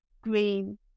green